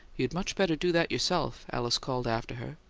you'd much better do that yourself, alice called after her,